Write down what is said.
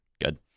Good